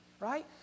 Right